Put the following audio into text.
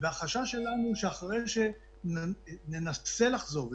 והחשש שלנו הוא שאחרי שננסה לחזור לחיים,